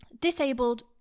disabled